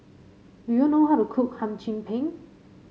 do you know how to cook Hum Chim Peng